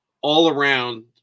all-around